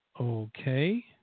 Okay